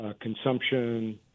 consumption